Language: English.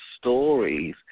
stories